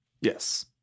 Yes